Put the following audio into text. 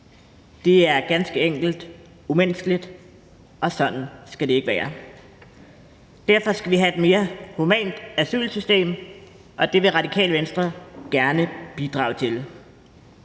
Det er ganske enkelt umenneskeligt, og sådan skal det ikke være. Derfor skal vi have et mere humant asylsystem, og det vil Radikale Venstre gerne bidrage til.